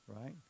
Right